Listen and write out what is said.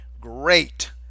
great